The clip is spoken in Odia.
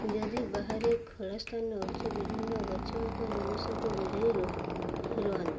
ଯଦି ବାହାରେ ଖୋଲା ସ୍ଥାନ ଉଚ୍ଚ ବିଭିନ୍ନ ଗଛ ଏକ ଜିନିଷକୁ ଦୂରେଇ ରହ ରୁହନ୍ତୁ